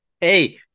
Hey